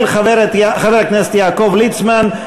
של חבר הכנסת יעקב ליצמן.